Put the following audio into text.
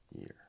year